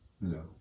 No